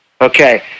okay